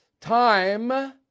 Time